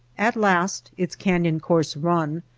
at last, its canyon course run,